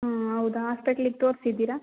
ಹಾಂ ಹೌದಾ ಹಾಸ್ಪೆಟ್ಲಿಗೆ ತೋರ್ಸಿದ್ದೀರಾ